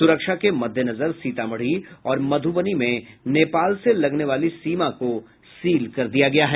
सुरक्षा के मद्देनजर सीतामढ़ी और मध्बनी में नेपाल से लगनेवाली सीमा को सील कर दिया गया है